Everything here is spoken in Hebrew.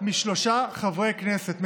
משלושה חברי כנסת,